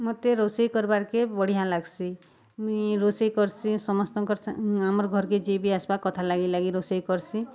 ମତେ ରୋଷେଇ କର୍ବାର୍କେ ବଢ଼ିଆଁ ଲାଗ୍ସି ମୁଇଁ ରୋଷେଇ କର୍ସି ସମସ୍ତଙ୍କର୍ ଆମର୍ ଘର୍କେ ଯିଏ ବି ଆସ୍ବା କଥା ଲାଗି ଲାଗି ରୋଷେଇ କର୍ସିଁ